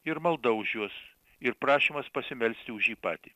ir malda už juos ir prašymas pasimelsti už jį patį